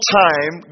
time